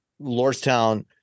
Lordstown